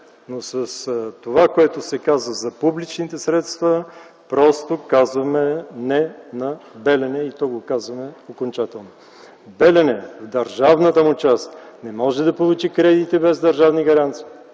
но с това, което се каза за публичните средства, просто казваме „не на Белене”. И то го казваме окончателно. „Белене”, държавната му част не може да получи кредити без държавни гаранции.